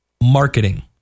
Marketing